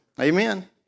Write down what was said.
Amen